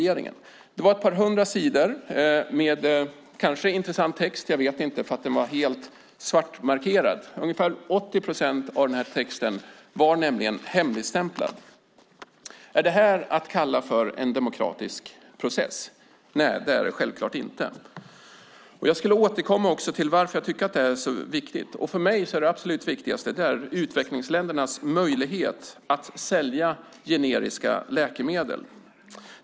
Det jag alltså fick från regeringen var ett par hundra sidor med kanske intressant text; jag vet inte det eftersom ungefär 80 procent av texten var svartmarkerad, det vill säga hemligstämplad. Kan detta kallas en demokratisk process? Nej, självklart inte. Jag vill återkomma till varför jag tycker att detta är så viktigt. För mig är det viktigaste utvecklingsländernas möjlighet att sälja generiska läkemedel.